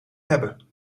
hebben